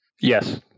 Yes